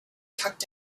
tucked